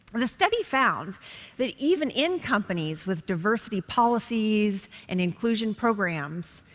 the study found that even in companies with diversity policies and inclusion programs,